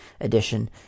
edition